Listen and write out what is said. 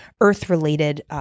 Earth-related